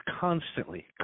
constantly